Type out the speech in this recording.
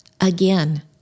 again